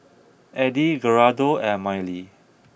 Eddy Gerardo and Mylee